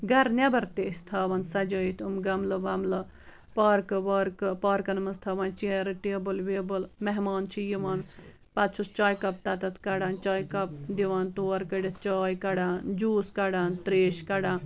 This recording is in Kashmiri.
گرٕ نٮ۪برتہِ أسۍ تھاوان سجٲوٕتھ یِم گملہٕ وملہٕ پارکہٕ وارکہٕ پارکن منٛز تھاوان چیرٕ ٹیبِل ویبِل مہمان چھِ یِوان پتہٕ چھِس چاے کپ تتتھ کڑان چاے کپ دِوان توٗر کٔڑِتھ چاے کٔڑان جوٗس کڑان تریش کڑان